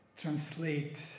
translate